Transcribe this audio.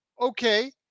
okay